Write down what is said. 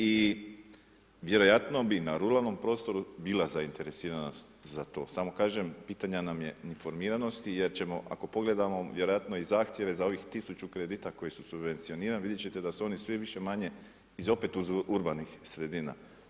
I vjerojatno bi na ruralnom prostoru bila zainteresirana za to, samo kažem, pitanje nam je informiranosti jer ćemo ako pogledamo vjerojatno i zahtjeve za ovih 100 kredita koji su subvencionirani, vidjeti ćete da su oni svi više-manje, opet iz urbanih sredina.